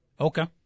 Okay